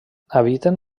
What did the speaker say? habiten